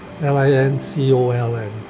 L-I-N-C-O-L-N